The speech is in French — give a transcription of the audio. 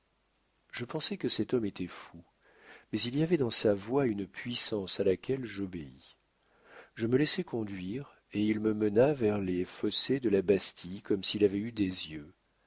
je pensai que cet homme était fou mais il y avait dans sa voix une puissance à laquelle j'obéis je me laissai conduire et il me mena vers les fossés de la bastille comme s'il avait eu des yeux